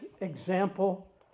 example